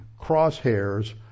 crosshairs